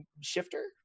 Shifter